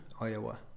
Iowa